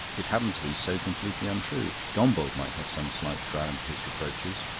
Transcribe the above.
it happened to be so completely untrue. gombauld might have some slight ground for his reproaches.